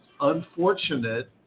unfortunate